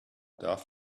darf